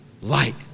Light